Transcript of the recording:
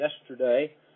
yesterday